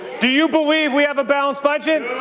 do you believe we have a balanced budget?